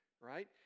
right